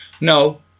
No